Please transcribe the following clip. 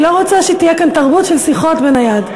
אני לא רוצה שתהיה כאן תרבות של שיחות בנייד.